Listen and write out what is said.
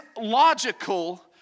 logical